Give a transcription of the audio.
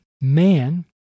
Man